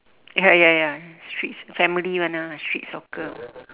ya ya ya streets family one ah street soccer